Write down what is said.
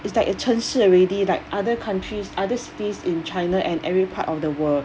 it's like a 城市 already like other countries other cities in china and every part of the world